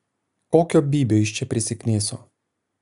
kokio bybio jis čia prisikniso